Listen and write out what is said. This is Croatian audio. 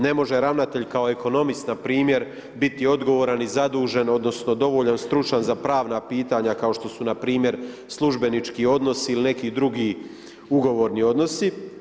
Ne može ravnatelj kao ekonomist na primjer biti odgovoran i zadužen, odnosno dovoljno stručan za pravna pitanja kao što su na primjer službenički odnosi ili neki drugi ugovorni odnosi.